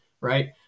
right